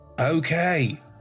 Okay